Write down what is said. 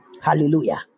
Hallelujah